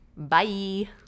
Bye